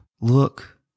look